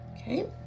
Okay